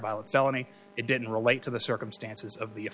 violent felony it didn't relate to the circumstances of the